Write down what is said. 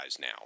now